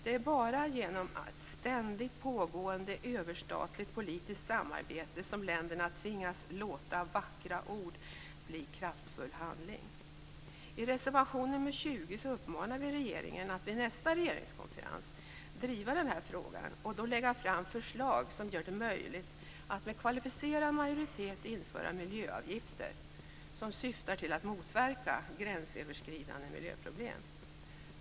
Det är bara genom ett ständigt pågående överstatligt politiskt samarbete som länderna tvingas låta vackra ord bli kraftfull handling. I reservation nr 20 uppmanar vi regeringen att vid nästa regeringskonferens driva denna fråga och då lägga fram förslag som gör det möjligt att med kvalificerad majoritet införa miljöavgifter som syftar till att motverka gränsöverskridande miljöproblem.